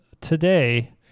Today